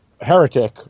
heretic